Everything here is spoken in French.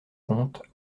comte